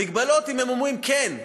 המגבלות אם הם אומרים: כן,